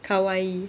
kawaii